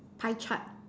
pie chart